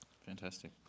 Fantastic